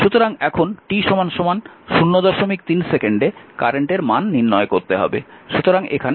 সুতরাং এখন t 03 সেকেন্ডে কারেন্টের মান নির্ণয় করতে হবে